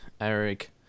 Eric